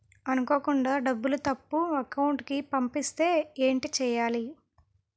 అనుకోకుండా డబ్బులు తప్పు అకౌంట్ కి పంపిస్తే ఏంటి చెయ్యాలి?